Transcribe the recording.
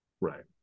Right